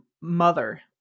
mother